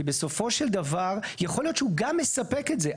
כי בסופו של דבר יכול להיות שהוא גם מספק את זה.